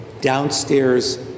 downstairs